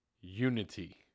unity